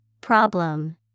Problem